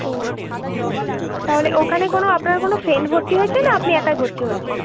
ও তাহলে ওখানে কোনো আপনার কোনো ফ্রেন্ড ভর্তি হয়েছে না আপনি একাই ভর্তি হয়েছে